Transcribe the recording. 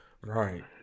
Right